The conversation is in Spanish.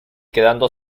quedando